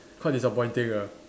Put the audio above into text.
quite disappointing ah